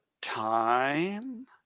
time